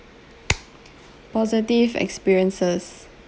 positive experiences